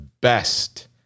best